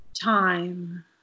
time